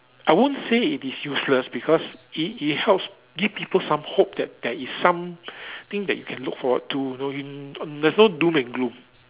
I won't say it is useless because it it helps give people some hope that there is something that you can look forward to you know there's no doom and gloom